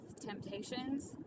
temptations